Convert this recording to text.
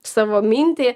savo mintį